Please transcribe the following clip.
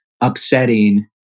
upsetting